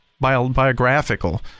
biographical